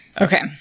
Okay